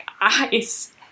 eyes